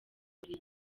buri